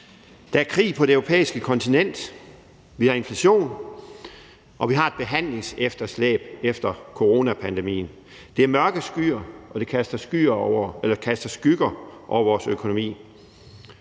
Der er krig på det europæiske kontinent, vi har inflation, og vi har et behandlingsefterslæb efter coronapandemien. Det er mørke skyer, og det kaster skygger over vores økonomi.